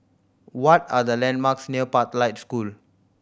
what are the landmarks near Pathlight School